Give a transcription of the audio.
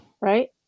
Right